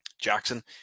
jackson